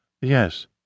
Yes